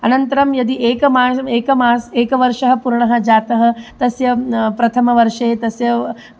अनन्तरं यदि एकमा एकमासः एकवर्षः पूर्णः जातः तस्य प्रथमवर्षे तस्य